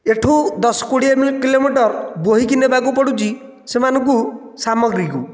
ଏଠୁ ଦଶ କୋଡ଼ିଏ କିଲୋମିଟର ବୋହିକି ନେବାକୁ ପଡୁଛି ସେମାନଙ୍କୁ ସାମଗ୍ରୀକୁ